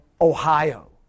Ohio